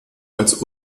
als